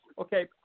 Okay